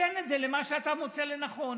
ותיתן את זה למה שאתה מוצא לנכון.